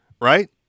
Right